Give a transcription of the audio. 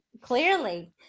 Clearly